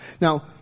Now